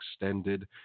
extended